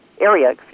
area